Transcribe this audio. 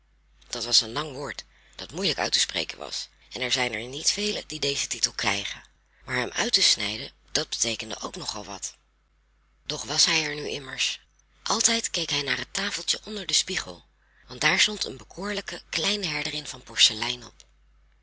dat was een lang woord dat moeilijk uit te spreken was en er zijn er niet velen die dezen titel krijgen maar hem uit te snijden dat beteekende ook nog al wat doch nu was hij er immers altijd keek hij naar het tafeltje onder den spiegel want daar stond een bekoorlijke kleine herderin van porselein op